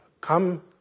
Come